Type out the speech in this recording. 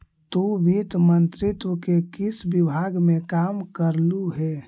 तु वित्त मंत्रित्व के किस विभाग में काम करलु हे?